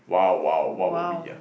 !wow! !wow! where were we ah